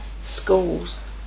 schools